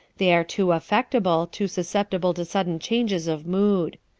they are too affectable, too susceptible to sudden changes of mood.